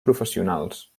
professionals